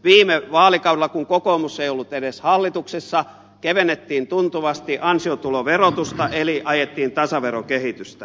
viime vaalikaudella kun kokoomus ei ollut edes hallituksessa kevennettiin tuntuvasti ansiotuloverotusta eli ajettiin tasaverokehitystä